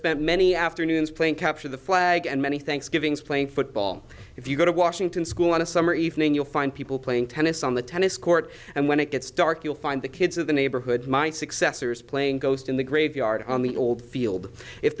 spent many afternoons playing capture the flag and many thanksgivings playing football if you go to washington school on a summer evening you'll find people playing tennis on the tennis court and when it gets dark you'll find the kids of the neighborhood my successors playing ghost in the graveyard on the old field if